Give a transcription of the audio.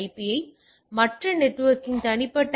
பியை மற்ற நெட்ஒர்க்கின் தனிப்பட்ட ஐ